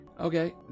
Okay